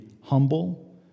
humble